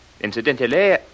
incidentally